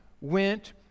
went